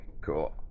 cool